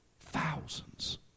Thousands